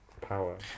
power